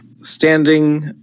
standing